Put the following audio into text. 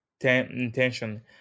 intention